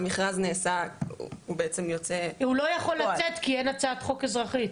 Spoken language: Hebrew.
המכרז בעצם יוצא לפועל --- הוא לא יכול לצאת כי אין הצעת חוק אזרחי,